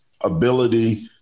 ability